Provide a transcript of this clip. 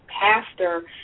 pastor